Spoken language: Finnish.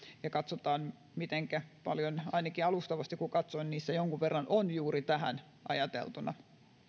ja katsotaan mitenkä paljon ainakin alustavasti kun katsoin niissä jonkun verran on juuri tähän ajateltuna